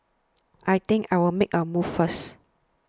I think I'll make a move first